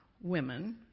women